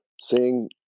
seeing